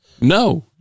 no